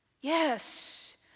Yes